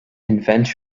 invent